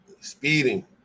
speeding